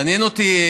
מעניין אותי,